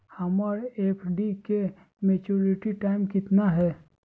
हमर एफ.डी के maturity time कितना है?